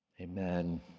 Amen